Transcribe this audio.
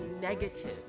negative